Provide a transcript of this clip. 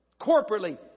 Corporately